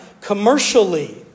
commercially